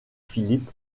philip